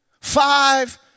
Five